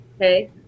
Okay